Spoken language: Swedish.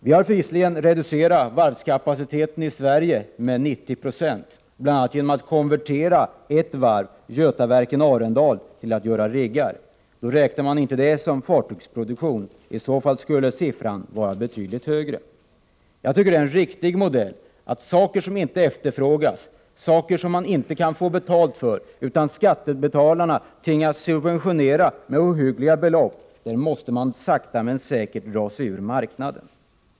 Den svenska varvskapaciteten har visserligen reducerats med 90 26, bl.a. genom konvertering av ett varv, Götaverken Arendal, till riggtillverkare. Riggtillverkning räknas inte som fartygsproduktion, men om så skulle vara fallet skulle procenttalet vara betydligt högre. Jag tycker att det är en riktig modell att man när det gäller produkter som inte efterfrågas och som man inte kan få betalt för — utan som skattebetalarna tvingas subventionera med ohyggliga belopp — sakta men säkert måste dra sig bort från marknaden.